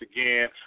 again